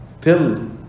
till